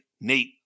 Nate